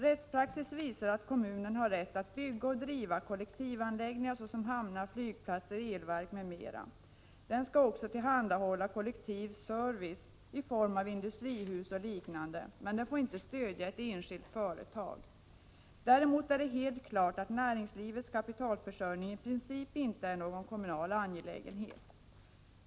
Rättspraxis visar att kommunen har rätt att bygga och driva kollektivanläggningar, såsom hamnar, flygplatser och elverk. Den skall också tillhandahålla kollektiv service i form av industrihus och liknande, men den får inte stödja ett enskilt företag. Däremot är det helt klart att näringslivets kapitalförsörjning i princip inte är någon kommunal angelägenhet.